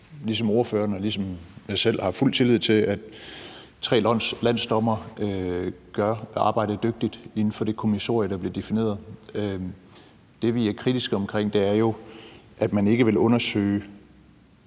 ligesom ordføreren og ligesom jeg selv har fuld tillid til, at tre landsdommere gør arbejdet dygtigt inden for det kommissorie, der bliver defineret. Det, vi er kritiske omkring, er jo, at man ikke vil undersøge